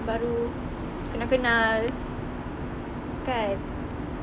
baru kenal kenal kan